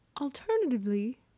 Alternatively